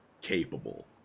capable